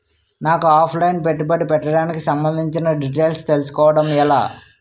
నాకు offline పెట్టుబడి పెట్టడానికి సంబందించిన డీటైల్స్ తెలుసుకోవడం ఎలా?